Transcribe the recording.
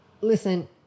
listen